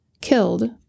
killed